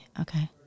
Okay